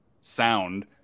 sound